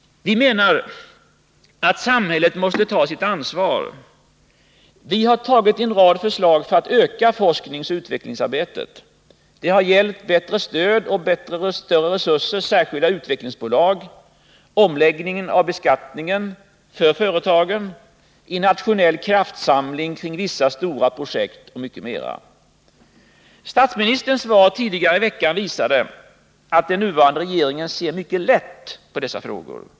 Vi menar att samhället måste ta sitt ansvar. Vi har lagt fram en rad förslag för att öka forskningsoch utvecklingsarbetet. Det har gällt bättre stöd och större resurser, särskilda utvecklingsbolag, omläggning av beskattningen, en nationell kraftsamling kring vissa stora projekt och mycket mera. Statsininisterns svar tidigare i veckan visade att den nuvarande regeringen ser mycket lätt på dessa frågor.